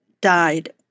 died